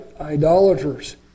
idolaters